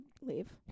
leave